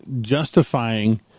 justifying